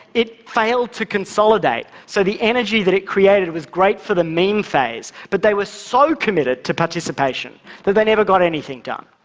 it failed to consolidate. so the energy that it created was great for the meme phase, but they were so committed to participation, that they never got anything done.